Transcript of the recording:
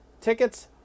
tickets